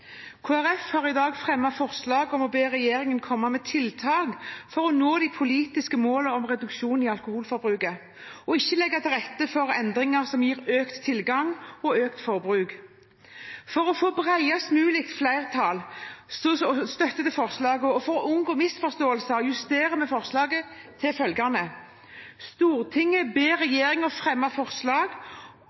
Folkeparti har i dag fremmet forslag om å be regjeringen komme med tiltak for å nå de politiske målene om reduksjon i alkoholforbruket og ikke legge til rette for endringer som gir økt tilgang og økt forbruk. For å få bredest mulig støtte til forslaget og for å unngå misforståelser justerer vi forslaget til følgende: «Stortinget ber regjeringen fremme forslag